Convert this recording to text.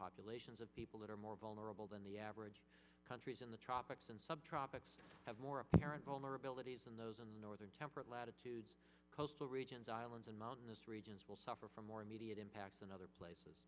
populations of people that are more vulnerable than the average countries in the tropics and subtropics have more apparent vulnerabilities and those in the northern temperate latitudes coastal regions islands and mountainous regions will suffer from more immediate impacts in other places